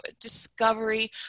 discovery